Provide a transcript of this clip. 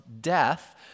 death